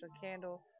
Candle